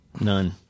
None